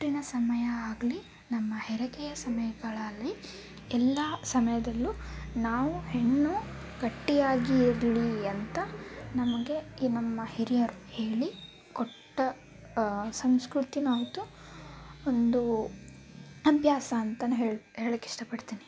ಮುಟ್ಟಿನ ಸಮಯ ಆಗಲಿ ನಮ್ಮ ಹೆರಿಗೆಯ ಸಮಯಗಳಲ್ಲಿ ಎಲ್ಲ ಸಮಯದಲ್ಲೂ ನಾವು ಹೆಣ್ಣು ಗಟ್ಟಿಯಾಗಿ ಇರಲಿ ಅಂತ ನಮಗೆ ಈ ನಮ್ಮ ಹಿರಿಯರು ಹೇಳಿಕೊಟ್ಟ ಸಂಸ್ಕೃತಿಯೂ ಹೌದು ಒಂದು ಅಭ್ಯಾಸ ಅಂತಲೂ ಹೇಳಿ ಹೇಳಕ್ಕೆ ಇಷ್ಟಪಡ್ತೀನಿ